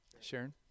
Sharon